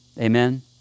amen